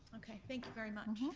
okay thank you very much.